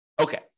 Okay